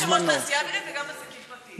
גם יושב-ראש התעשייה האווירית וגם בעסקים פרטיים.